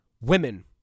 women